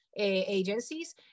agencies